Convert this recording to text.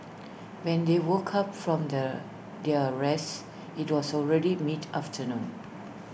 when they woke up from their their rest IT was also already mid afternoon